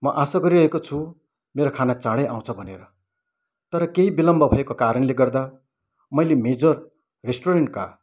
म आशा गरिरहेको छु मेरो खाना चाँडै आउँछ भनेर तर केही विलम्ब भएको कारणले गर्दा मैले मिजोर रेस्टुरेन्टका